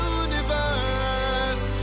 universe